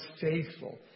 faithful